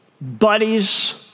buddies